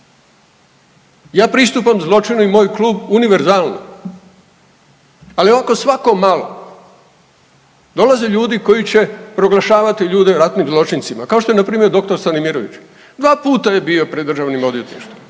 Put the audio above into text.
Ja pristupam zločinu i moj klub univerzalno, ali ako svako malo dolaze ljudi koji će proglašavati ljude ratnim zločincima kao što je npr. dr. Stanimirović, dva puta je bio je pred državnim odvjetništvom,